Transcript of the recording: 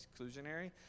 exclusionary